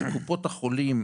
שקופות החולים,